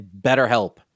BetterHelp